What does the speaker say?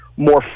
more